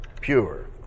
pure